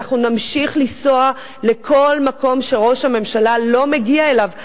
ואנחנו נמשיך לנסוע לכל מקום שראש הממשלה לא מגיע אליו עדיין,